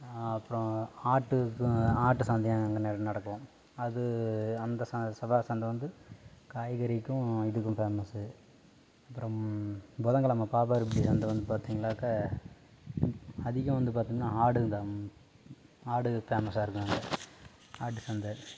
அப்புறம் ஆட்டுக்கும் ஆட்டு சந்தையும் அங்கே நடக்கும் அது அந்த செவ்வாய் சந்தை வந்து காய்கறிக்கும் இதுக்கும் ஃபேமஸ்ஸு அப்புறம் புதன் கிழம பாப்பாரபட்டி சந்தை வந்து பார்த்திங்கள்லாக்க அதிகம் வந்து பார்த்தோம்னா ஆடு தான் ஆடுக்கு ஃபேமஸ்ஸாக இருக்கு அங்கே ஆட்டு சந்தை